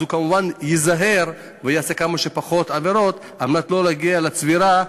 הוא כמובן ייזהר ויעשה כמה שפחות עבירות על מנת שלא להגיע לצבירה,